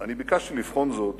אני ביקשתי לבחון זאת